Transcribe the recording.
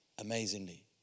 amazingly